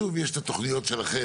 יש את התוכניות שלכם,